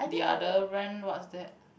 the other brand what's that